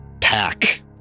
pack